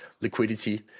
liquidity